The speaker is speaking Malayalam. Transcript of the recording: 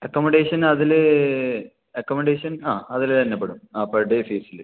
അക്കോമഡേഷൻ അതിൽ അക്കോമഡേഷൻ ആ അതിൽ തന്നെ പെടും ആ പെർ ഡേ ഫീസിൽ